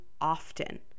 often